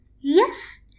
Yes